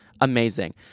amazing